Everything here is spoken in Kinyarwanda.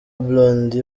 blondy